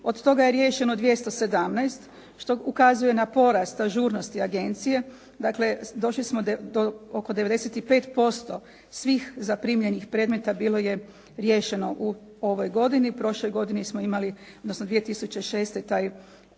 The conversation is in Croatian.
Od toga je riješeno 217 što ukazuje na porast ažurnosti agencije. Dakle došli smo do oko 95% svih zaprimljenih predmeta bilo je riješeno u ovoj godini. U prošloj godini smo imali odnosno 2006. taj postotak